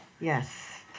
yes